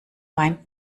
weint